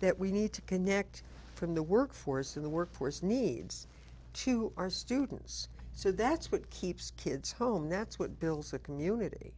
that we need to connect from the workforce in the workforce needs to our students so that's what keeps kids home that's what builds a community